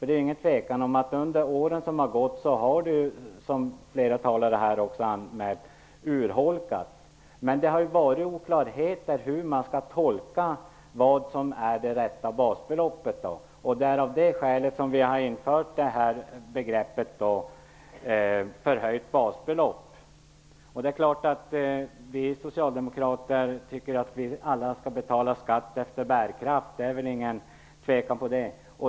Det är ingen tvekan om att det under de år som gått har urholkats, som flera talare här har sagt. Det har varit oklarheter hur man skall tolka vad som är det rätta basbeloppet. Det är av det skälet som vi har infört begreppet förhöjt basbelopp. Det är klart att vi socialdemokrater tycker att alla skall betala skatt efter bärkraft. Det råder ingen tvekan om det.